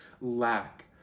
lack